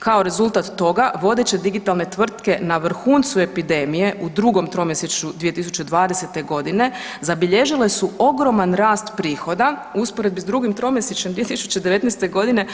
Kao rezultat toga vodeće digitalne tvrtke na vrhuncu epidemije u drugom tromjesečju 2020.g. zabilježile su ogroman rast prihoda u usporedbi s drugim tromjesečjem 2019.